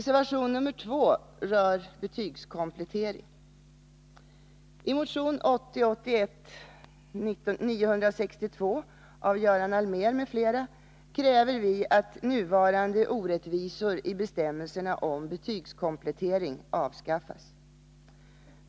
I motion 1980/81:962 av Göran Allmér m.fl. kräver vi att nuvarande orättvisor i bestämmelserna om betygskomplettering avskaffas.